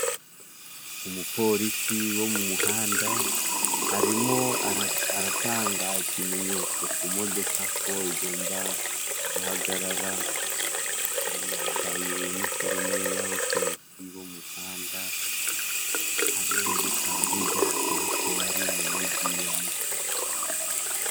Umupolisi wo mu muhanda arimo aratanga ikimenyetso ku modoka ko igomba guhagarara. Kandi yambaye iniforume y'abapolisi bo mu muhanda. Hano bikaba bigaragara ko ari mu mugi wa Musanze.